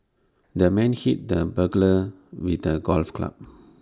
the man hit the burglar with A golf club